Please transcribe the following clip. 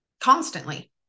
constantly